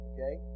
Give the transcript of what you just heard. Okay